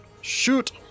Shoot